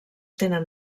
tenen